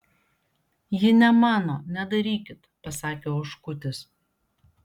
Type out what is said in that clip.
ji ne mano nedarykit pasakė oškutis